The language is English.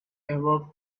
ever